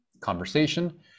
conversation